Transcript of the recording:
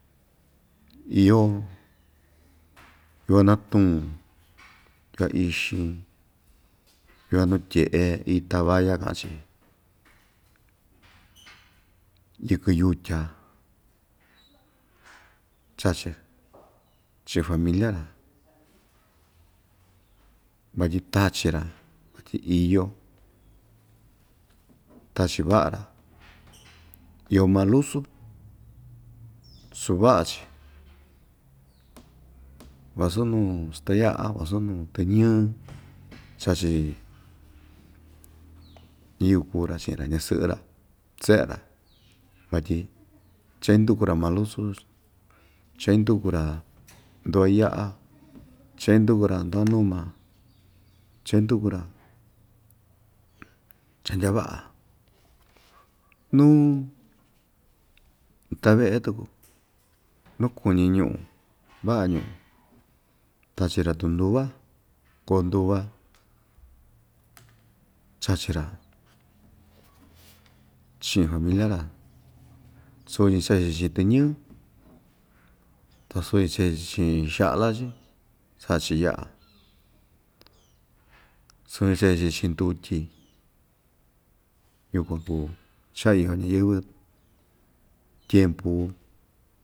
Iyo yuva natun ta ixin yuva nuu tyeꞌe ita valla kaꞌa‑chi yɨkɨn yutya chachi chiin familia‑ra vatyi tachi‑ra tyi iyo tachi vaꞌa‑ra iyo malusun suu vaꞌa‑chi vasu nuu stayaꞌa vasu nuu tɨñɨ chachi ñiyɨvɨ kuu‑ra chiꞌi‑ra ñasɨꞌɨ‑ra seꞌe‑ra vatyi cha induku‑ra malusun cha induku‑ra nduva yaꞌa cha induku‑ra nduva numa cha induku‑ra cha ndya vaꞌa nuu taveꞌe tuku nuu kuñi ñuꞌun vaꞌa ñuꞌun tachi‑ra tunduva koo nduva chachi‑ra chiꞌin familia‑ra suuñi chachi‑chi tɨñɨɨ ta suñi chee‑chi chiꞌin xaꞌla‑chi saꞌa‑chi yaꞌa suñi chee‑chi chiꞌin ndutyi yukuan kuu cha iyo ñayɨvɨ tiempu.